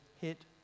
hit